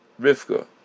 Rivka